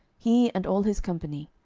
he and all his company,